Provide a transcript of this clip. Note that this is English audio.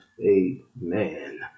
amen